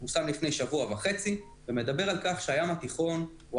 הוא פורסם לפני שבוע וחצי והוא מדבר על כך שהים התיכון הוא